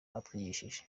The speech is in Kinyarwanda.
batwigishije